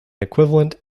equivalent